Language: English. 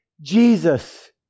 Jesus